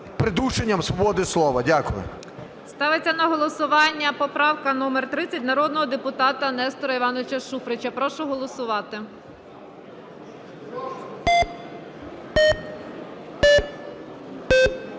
придушенням свободи слова. Дякую. ГОЛОВУЮЧА. Ставиться на голосування поправка номер 30 народного депутата Нестора Івановича Шуфрича. Прошу голосувати.